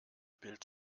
bild